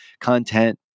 content